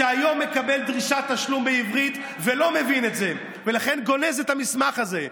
שהיום מקבל דרישת תשלום בעברית ולא מבין את זה ולכן גונז את המסמך הזה,